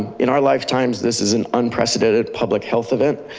in our lifetimes, this is an unprecedented public health event.